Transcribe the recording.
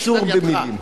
קיצור במלים.